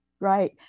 right